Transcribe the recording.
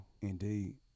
Indeed